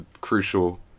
crucial